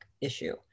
issue